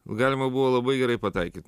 galima buvo labai gerai pataikyt